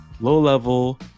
low-level